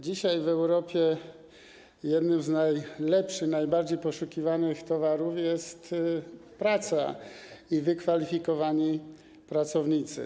Dzisiaj w Europie jednym z najlepszych, najbardziej poszukiwanych towarów jest praca i wykwalifikowani pracownicy.